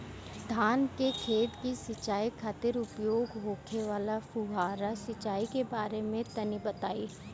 धान के खेत की सिंचाई खातिर उपयोग होखे वाला फुहारा सिंचाई के बारे में तनि बताई?